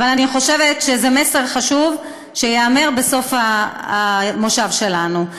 אבל אני חושבת שזה מסר שחשוב שייאמר בסוף המושב שלנו,